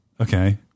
Okay